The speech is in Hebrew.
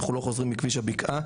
אנחנו לא חוזרים מכביש הבקעה,